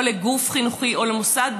לגוף חינוכי או לכל מוסד,